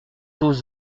aux